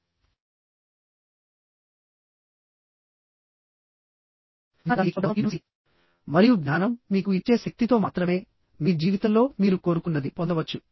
జ్ఞానాన్ని పొందడానికి మీకు చురుకుగా వినడం అవసరం మరియు జ్ఞానమే శక్తి మరియు జ్ఞానం మీకు ఇచ్చే శక్తితో మాత్రమే మీ జీవితంలో మీరు కోరుకున్నది పొందవచ్చు